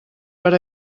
per